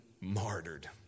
martyred